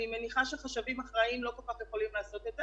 אני מניחה שחשבים אחראיים לא כל כך יכולים לעשות את זה,